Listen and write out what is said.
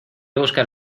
buscar